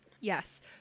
Yes